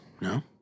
No